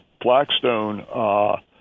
Blackstone